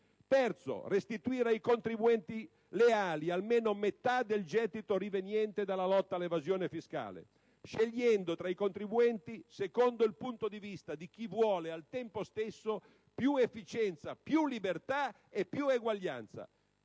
bisogna restituire ai contribuenti leali almeno metà del gettito riveniente dalla lotta all'evasione fiscale, scegliendo tra i contribuenti secondo il punto di vista di chi vuole al tempo stesso più efficienza, più libertà e più eguaglianza.